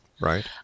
Right